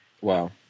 Wow